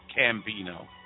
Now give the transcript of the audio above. Cambino